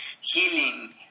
healing